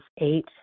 eight